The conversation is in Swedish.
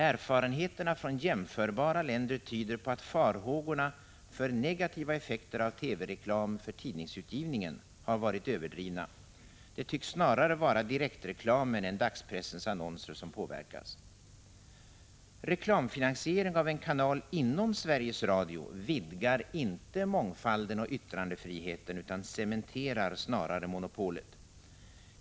Erfarenheterna från jämförbara länder tyder på att farhågorna för negativa effekter av TV-reklam för tidningsutgivningen har varit överdrivna. Det tycks snarare vara direktreklamen än dagspressens annonser som påverkas. Reklamfinansiering av en kanal inom Sveriges Radio vidgar inte mångfalden och yttrandefriheten utan cementerar snarare monopolet.